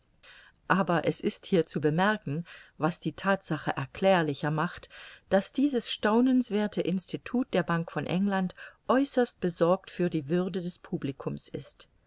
aber es ist hier zu bemerken was die thatsache erklärlicher macht daß dieses staunenswerthe institut der bank von england äußerst besorgt für die würde des publicums ist